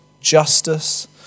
justice